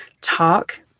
talk